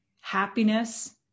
happiness